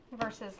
Versus